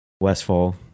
Westfall